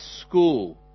school